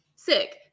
Sick